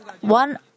one